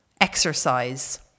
exercise